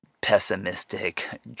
pessimistic